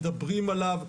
מדברים עליו,